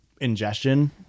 ingestion